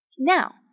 Now